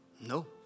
No